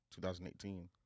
2018